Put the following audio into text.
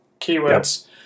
keywords